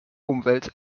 umwelt